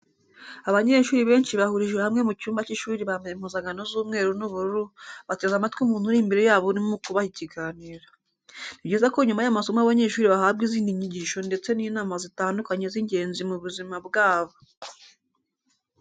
Abanyeshuri benshi bahurijwe hamwe mu cyumba cy'ishuri bambaye impuzankano z'umweru n'ubururu bateze amatwi umuntu uri imbere yabo urimo kubaha ikiganiro. Ni byiza ko nyuma y'amasomo abanyeshuri bahabwa izindi nyigisho ndetse n'inama zitandukanye z'ingenzi mu buzima bwabo.